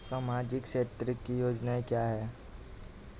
सामाजिक क्षेत्र की योजनाएँ क्या हैं?